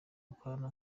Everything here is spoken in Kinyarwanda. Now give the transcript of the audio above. dukorana